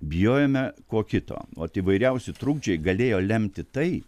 bijojome ko kito ot įvaisiausi trukdžiai galėjo lemti tai